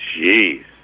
Jeez